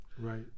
Right